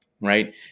right